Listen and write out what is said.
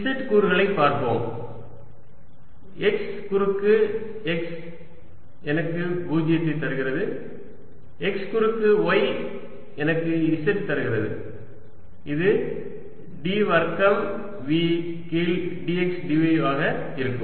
Z கூறுகளைப் பார்ப்போம் x குறுக்கு x எனக்கு 0 தருகிறது x குறுக்கு y எனக்கு z தருகிறது இது d வர்க்கம் v கீழ் dx dy ஆக இருக்கும்